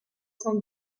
cent